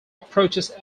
approaches